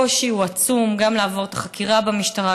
הקושי הוא עצום: גם לעבור את החקירה במשטרה,